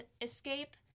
escape